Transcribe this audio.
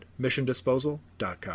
missiondisposal.com